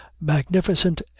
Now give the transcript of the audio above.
magnificent